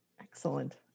Excellent